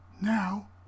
now